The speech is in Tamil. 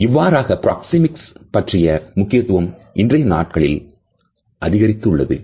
இவ்வாறாக பிராக்சேமிக்ஸ் பற்றிய முக்கியத்துவம் இன்றைய நாட்களில் அதிகரித்துள்ளது